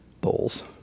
bowls